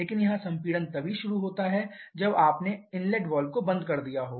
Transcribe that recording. लेकिन यहां संपीड़न तभी शुरू हो सकता है जब आपने इनलेट वाल्व बंद कर दिया हो